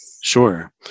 Sure